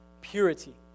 Purity